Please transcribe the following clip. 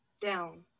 down